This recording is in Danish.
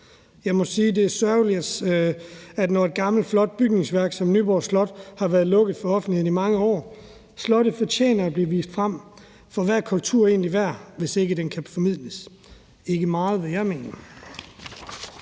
det er sørgeligt, når et gammelt flot bygningsværk som Nyborg Slot har været lukket for offentligheden i mange år. Slottet fortjener at blive vist frem, for hvad er kulturen egentlig værd, hvis ikke den kan formidles? Det er ikke meget, vil jeg mene.